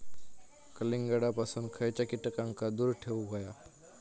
कलिंगडापासून खयच्या कीटकांका दूर ठेवूक व्हया?